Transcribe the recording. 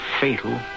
fatal